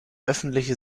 öffentliche